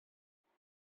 китте